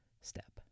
step